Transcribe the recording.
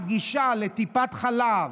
הגישה לטיפת חלב,